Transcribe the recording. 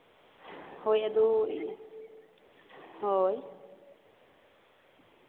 ᱦᱳᱭ ᱟᱫᱚ ᱦᱳᱭ